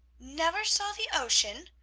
never saw the ocean?